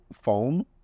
foam